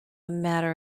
matter